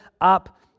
up